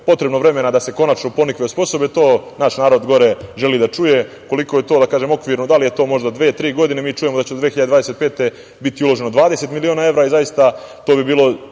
potrebno vremena da se konačno „Ponikve“ osposobe? To naš narod gore želi da čuje. Koliko je to, okvirno, da li je dve-tri godine? Mi čujemo da će do 2025. godine biti uloženo 20 miliona evra i zaista to bi bilo